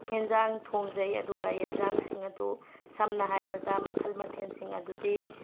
ꯌꯦꯟꯖꯥꯡ ꯊꯣꯡꯖꯩ ꯑꯗꯨꯒ ꯌꯦꯟꯖꯥꯡꯁꯤꯡ ꯑꯗꯨ ꯁꯝꯅ ꯍꯥꯏꯔꯕꯗ ꯃꯈꯜ ꯃꯊꯦꯜꯁꯤꯡ ꯑꯗꯨꯗꯤ